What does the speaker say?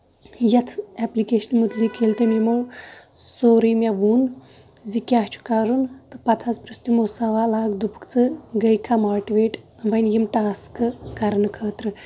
یَتھ ایپلِکیشنہِ مُتعلِق ییٚلہِ تہِ یِمو سورُے مےٚ ووٚن زِ کیاہ چھُ کَرُن تہٕ پَتہٕ حظ پروٚژھ تِمو سوال اکھ دوٚپُکھ ژٕ گٔے کھا ماٹِویٹ وۄنۍ یِم ٹاسکہٕ کرنہٕ خٲطرٕ